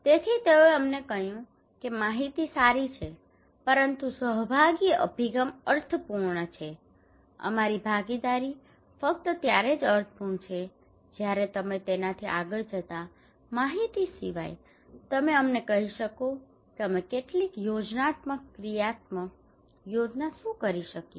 તેથી તેઓએ અમને કહ્યું કે માહિતી સારી છે પરંતુ સહભાગી અભિગમ અર્થપૂર્ણ છે અમારી ભાગીદારી ફક્ત ત્યારે જ અર્થપૂર્ણ છે જ્યારે તમે તેનાથી આગળ જતા માહિતી સિવાય તમે અમને કહી શકો કે અમે કેટલીક યોજનાત્મક ક્રિયાત્મક યોજના શું કરી શકીએ